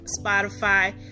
Spotify